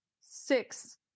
six